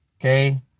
okay